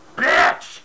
bitch